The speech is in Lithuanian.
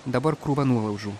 dabar krūva nuolaužų